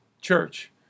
church